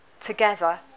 together